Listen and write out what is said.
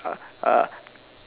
uh uh